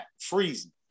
freezing